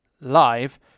live